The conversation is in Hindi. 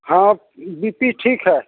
हाँ बी पी ठीक है